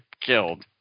killed